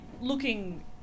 looking